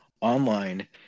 online